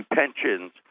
pensions